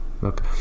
look